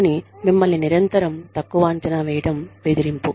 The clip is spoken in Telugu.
కానీ మిమ్మల్ని నిరంతరం తక్కువ అంచనా వేయడం బెదిరింపు